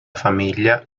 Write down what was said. famiglia